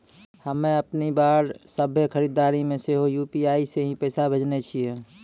हम्मे अबकी बार सभ्भे खरीदारी मे सेहो यू.पी.आई से ही पैसा भेजने छियै